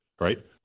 right